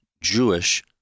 Jewish